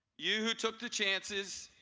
you who took the chances,